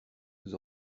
vous